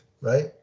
right